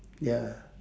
ya